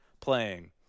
playing